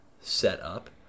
setup